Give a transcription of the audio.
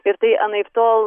ir tai anaiptol